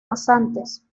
pasantes